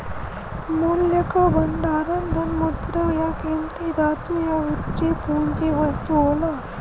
मूल्य क भंडार धन, मुद्रा, या कीमती धातु या वित्तीय पूंजी वस्तु होला